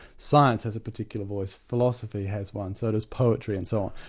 science has a particular voice, philosophy has one, so does poetry and so